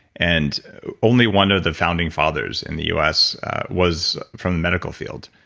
and only one of the founding fathers in the us was from medical field,